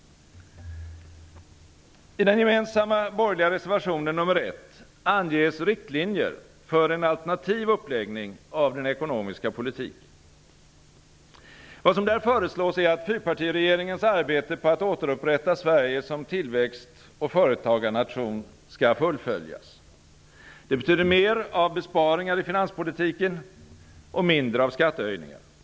anges riktlinjer för en alternativ uppläggning av den ekonomiska politiken. Vad som där föreslås är att fyrpartiregeringens arbete på att återupprätta Sverige som tillväxt och företagarnation skall fullföljas. Det betyder mer av besparingar i finanspolitiken och mindre av skattehöjningar.